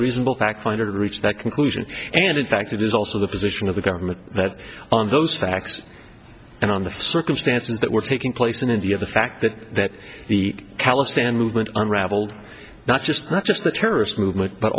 reasonable fact finder to reach that conclusion and in fact it is also the position of the government that on those facts and on the circumstances that were taking place in india the fact that the callous and movement unraveled not just not just the terrorist movement but